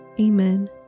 Amen